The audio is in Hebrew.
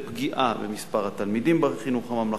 לפגיעה במספר התלמידים בחינוך הממלכתי,